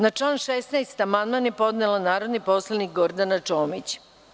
Na član 16. amandman je podnela narodni poslanik Gordana Čomić.